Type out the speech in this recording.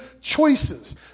choices